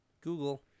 Google